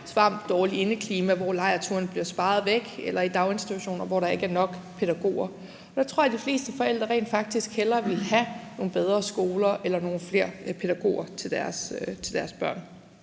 svamp og dårligt indeklima, og hvor lejrturen bliver sparet væk, eller i daginstitutioner, hvor der ikke er nok pædagoger. Der tror jeg, de fleste forældre rent faktisk hellere vil have nogle bedre skoler eller nogle flere pædagoger til deres børn.